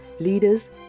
leaders